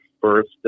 first